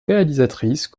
réalisatrice